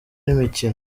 n’imikino